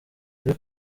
muri